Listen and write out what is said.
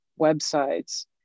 websites